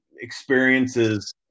experiences –